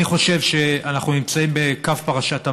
אני חושב שאנחנו נמצאים בקו פרשת המים,